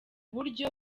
buryo